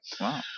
Wow